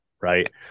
right